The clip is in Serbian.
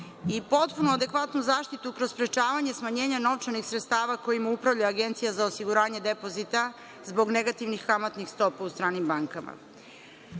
i potpuno adekvatnu zaštitu kroz sprečavanje smanjenja novčanih sredstava kojima upravlja Agencija za osiguranje depozita zbog negativnih kamatnih stopa u stranim bankama.U